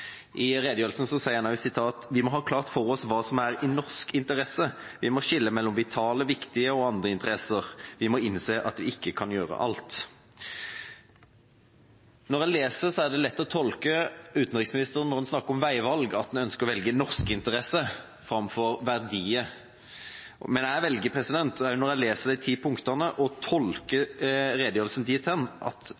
I redegjørelsen sa han også – og jeg siterer: «Vi må ha klart for oss hva som er i norsk interesse. Vi må skille mellom vitale, viktige og andre interesser. Vi må innse at vi ikke kan gjøre alt.» Når en leser, er det lett å tolke utenriksministeren dit hen når han snakker om veivalg, at han ønsker å velge norske interesser framfor verdier, men jeg velger – også når jeg leser de ti punktene – å tolke